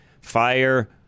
fire